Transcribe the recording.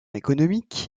économique